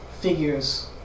figures